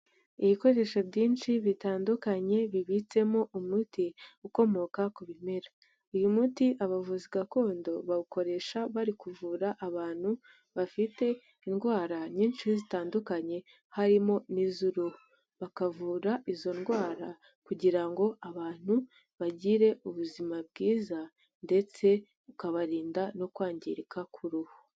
Ibikoresho byinshi bitandukanye bibitsemo umuti ukomoka ku bimera, uyu muti abavuzi gakondo bawukoresha bari kuvura abantu bafite indwara nyinshi zitandukanye harimo n'iz'uruhu, bakavura izo ndwara kugira ngo abantu bagire ubuzima bwiza ndetse ukabarinda no kwangirika k'uruhu.